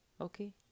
Okay